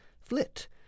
flit